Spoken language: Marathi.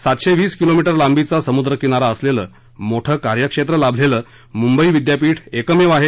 सातशेवीस किलोमीटर लांबीचा समुद्रकिनारा असलेलं मोठं कार्यक्षेत्र लाभलेलं मुंबई विद्यापीठ एकमेव आहे